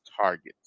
targets